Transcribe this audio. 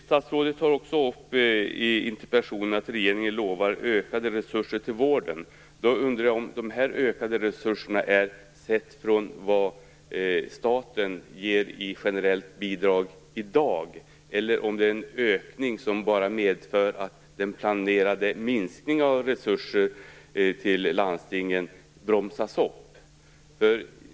Statsrådet tar i interpellationssvaret också upp att regeringen lovar ökade resurser till vården. Jag undrar om resurserna ökas sett mot bakgrund av det generella bidrag som staten ger i dag, eller om ökningen bara medför att den planerade minskningen av resurser till landstingen bromsas.